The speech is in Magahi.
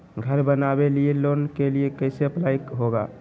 घर बनावे लिय लोन के लिए कैसे अप्लाई होगा?